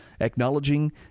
acknowledging